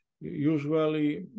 usually